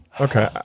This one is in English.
Okay